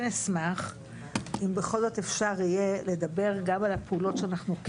אשמח אם בכל זאת אפשר יהיה לדבר גם על הפעולות שאנחנו כן עושים.